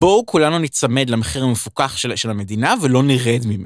בואו כולנו נצמד למחיר המפוקח של המדינה ולא נרד ממנו.